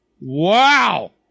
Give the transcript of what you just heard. Wow